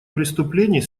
преступлений